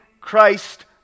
Christ